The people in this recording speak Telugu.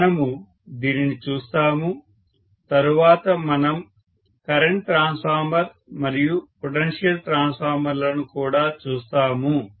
మనము దీనిని చూస్తాము తరువాత మనం కరెంట్ ట్రాన్స్ఫార్మర్ మరియు పొటెన్షియల్ ట్రాన్స్ఫార్మర్ లను కూడా చూస్తాము